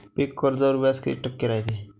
पीक कर्जावर व्याज किती टक्के रायते?